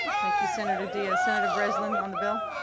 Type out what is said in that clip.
thank you, senator diaz. senator breslin on the bill.